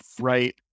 right